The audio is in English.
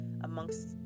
amongst